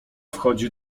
wchodzi